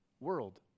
world